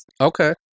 Okay